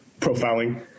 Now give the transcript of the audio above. profiling